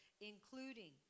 including